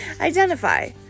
Identify